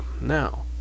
Now